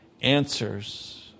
answers